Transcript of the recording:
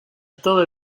todo